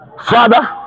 Father